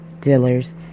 Dealer's